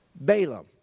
Balaam